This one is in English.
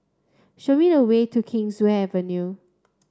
show me the way to Kingswear Avenue